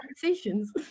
conversations